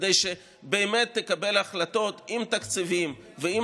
כדי שבאמת תקבל החלטות עם תקציבים ועם